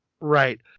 Right